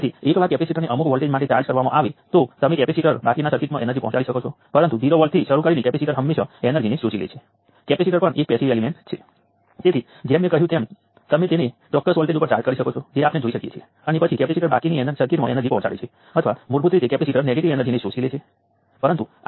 હવે વોલ્ટેજ સોર્સની જેમ જો તમારી પાસે રઝિસ્ટીવ નેટવર્ક સાથે એક જ કરંટ સોર્સ જોડાયેલ હોય તો આ પાવર ડિલિવરી કરશે કારણ કે નેટવર્કમાં પાવર અથવા એનર્જીનો તે એકમાત્ર સોર્સ છે